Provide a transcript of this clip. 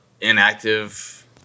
inactive